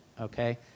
okay